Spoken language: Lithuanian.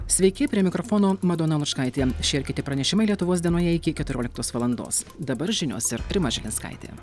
sveiki prie mikrofono madona lučkaitė šie ir kiti pranešimai lietuvos dienoje iki keturioliktos valandos dabar žinios ir rima žilinskaitė